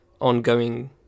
ongoing